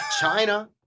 china